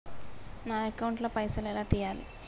నా అకౌంట్ ల పైసల్ ఎలా తీయాలి?